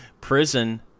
prison